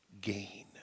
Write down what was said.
gain